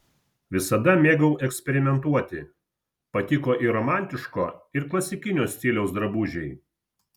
visada mėgau eksperimentuoti patiko ir romantiško ir klasikinio stiliaus drabužiai